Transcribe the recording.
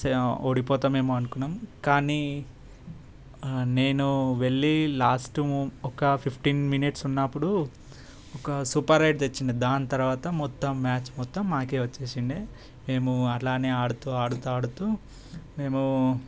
ఓడిపోతామేమో అనుకున్నాం కానీ నేను వెళ్ళి లాస్ట్ ముకోక ఫిఫ్టీన్ మినిట్స్ ఉన్నప్పుడు ఒక సూపర్ రైడ్ తెచ్చిండే దాని తర్వాత మొత్తం మ్యాచ్ మొత్తం మాకే వచ్చేసిండే మేము అట్లానే ఆడుతూ ఆడుతూ ఆడుతూ మేము